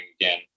again